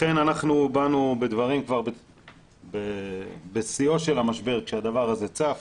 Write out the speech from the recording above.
לכן אנחנו באנו בדברים בשיאו של המשבר עת הדבר הזה צף,